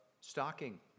stocking